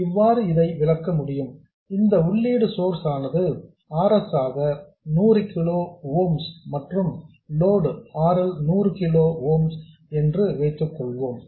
இவ்வாறு இதை விளக்க முடியும் இந்த உள்ளிடு சோர்ஸ் ஆனது R s ஆக 100 கிலோ ஓம் மற்றும் load R L 100 kilo ohm என்று வைத்துக்கொள்ளலாம்